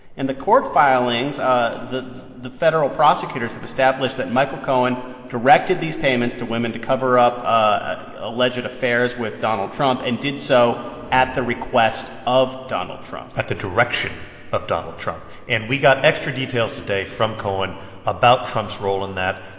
in the court filings, ah the the federal prosecutors have established that michael cohen directed these payments to women to cover up ah alleged affairs with donald trump and did so at the request of donald trump at the direction of donald trump. and we got extra details today from cohen about trump's role in that.